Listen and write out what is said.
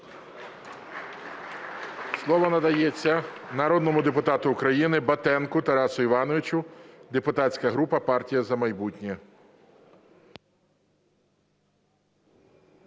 Слово надається народному депутату України Батенку Тарасу Івановичу, депутатська група "Партія "За майбутнє".